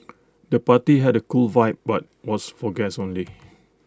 the party had A cool vibe but was for guests only